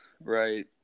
right